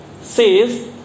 says